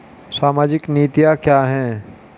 सामाजिक नीतियाँ क्या हैं?